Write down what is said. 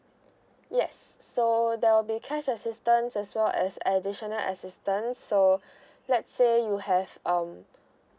yes so there will be cash assistance as well as additional assistance so let's say you have um